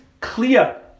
clear